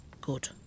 Good